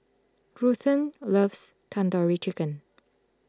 Ruthanne loves Tandoori Chicken